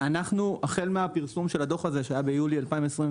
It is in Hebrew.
החל מהפרסום של הדוח הזה, שהיה ביולי 2021,